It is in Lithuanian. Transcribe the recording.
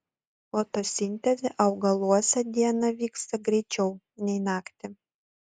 fotosintezė augaluose dieną vyksta greičiau nei naktį